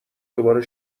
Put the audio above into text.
دوباره